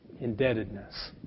indebtedness